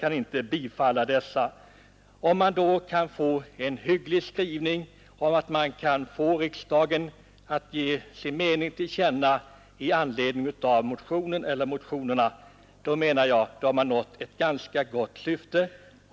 Om man anser att utskottet gör en hygglig skrivning och riksdagen ger en mening till känna med anledning av motionen eller motionerna har man, enligt min mening, i viss utsträckning nått sitt syfte.